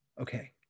Okay